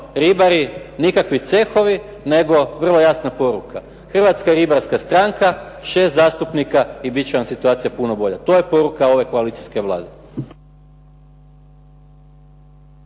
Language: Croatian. ribari, nikakvi cehovi nego vrlo jasna poruka Hrvatska ribarska stranka 6 zastupnika i bit će vam situacija puno bolja, to je poruka ove koalicijske Vlade.